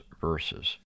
verses